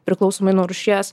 priklausomai nuo rūšies